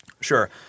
Sure